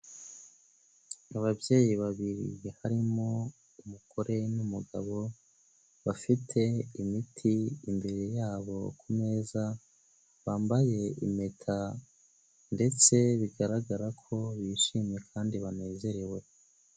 Ni ababyeyi babiri harimo umugore n'umugabo bafite imiti imbere yabo kumeza, bambaye impeta ndetse bigaragara ko bishimye kandi banezerewe.